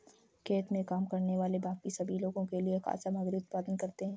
खेत में काम करने वाले बाकी सभी लोगों के लिए खाद्य सामग्री का उत्पादन करते हैं